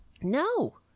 No